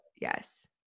Yes